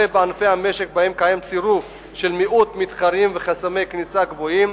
בענפי המשק שבהם קיים צירוף של מיעוט מתחרים וחסמי כניסה גבוהים.